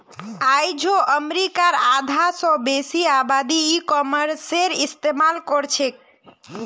आइझो अमरीकार आधा स बेसी आबादी ई कॉमर्सेर इस्तेमाल करछेक